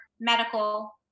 medical